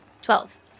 Twelve